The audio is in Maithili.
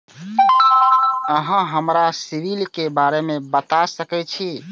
अहाँ हमरा सिबिल के बारे में बता सके छी?